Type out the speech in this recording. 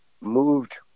moved